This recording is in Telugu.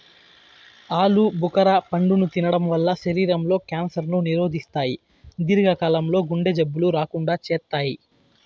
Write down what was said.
ఆలు భుఖర పండును తినడం వల్ల శరీరం లో క్యాన్సర్ ను నిరోధిస్తాయి, దీర్ఘ కాలం లో గుండె జబ్బులు రాకుండా చేత్తాయి